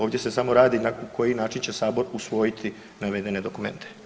Ovdje se samo radi na koji način će sabor usvojiti navedene dokumente.